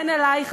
אין עלייך,